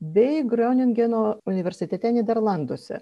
bei grioningeno universitete nyderlanduose